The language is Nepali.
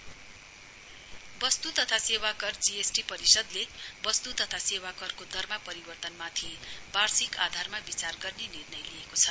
जिएसटी काउन्सिल वस्तु तथा सेवा कर जीएसटी परिषद्ले वस्तु तथा सेवा करको दरमा परिवर्तनमाथि वार्षिक आधारमा विचार गर्ने निर्णय लिएको छ